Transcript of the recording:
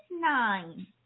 nine